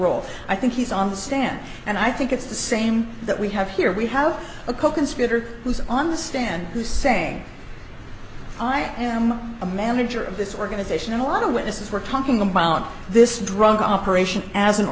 role i think he's on the stand and i think it's the same that we have here we have a coconspirator who's on the stand who's saying i am a manager of this organization and a lot of witnesses were talking about this drug operation as an